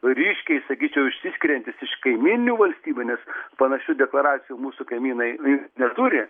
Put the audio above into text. ryškiai sakyčiau išsiskiriantis iš kaimyninių valstybių nes panašių deklaracijų mūsų kaimynai neturi